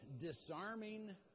disarming